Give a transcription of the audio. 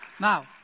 Now